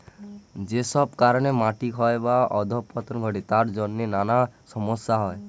যেসব কারণে মাটি ক্ষয় বা অধঃপতন ঘটে তার জন্যে নানা সমস্যা হয়